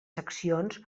seccions